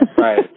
Right